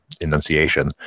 enunciation